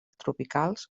tropicals